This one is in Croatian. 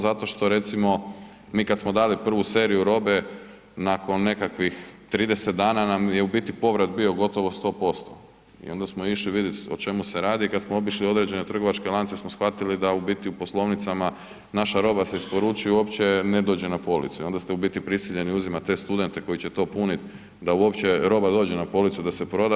Zato što recimo mi kada smo dali prvu seriju robe nakon nekakvih 30 dana nam je povrat bio gotovo 100% i onda smo išli vidjet o čemu se radi i kada smo obišli određene trgovačke lance smo shvatili da u poslovnicama naša roba se isporučuje i uopće ne dođe na policu i onda ste u biti prisiljeni uzimati te studente koji će to puniti da uopće dođe roba na policu da se proda.